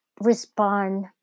respond